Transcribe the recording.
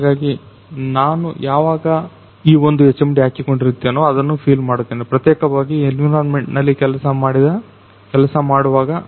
ಹಾಗಾಗಿ ನಾನು ಯಾವಾಗ ಈ ಒಂದು HMD ಹಾಕಿಕೊಂಡಿರುತ್ತಾನೆ ಅದನ್ನು ಫೀಲ್ ಮಾಡುತ್ತೇನೆ ಪ್ರತ್ಯೇಕವಾಗಿ ಎನ್ವಿರಾನ್ಮೆಂಟ್ ನಲ್ಲಿ ಕೆಲಸ ಮಾಡುವಾಗ